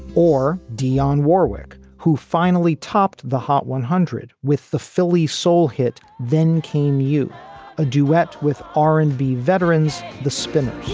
or dionne warwick, who finally topped the hot one hundred with the philly soul hit then came you a duet with r and b veterans the spinners